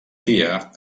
tia